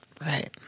Right